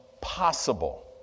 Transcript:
possible